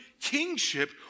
kingship